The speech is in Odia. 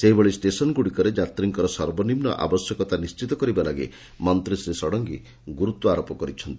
ସେହିଭଳି ଷେସନଗୁଡିକରେ ଯାତ୍ରୀଙ୍କର ସର୍ବନିମୁ ଆବଶ୍ୟକତା ନିଶ୍ବିତ କରିବା ଲାଗି ମନ୍ତୀ ଶ୍ରୀ ଷଡଙଗୀ ଗୁରୁତ୍ୱାରୋପ କରିଛନ୍ତି